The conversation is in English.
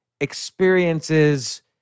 experiences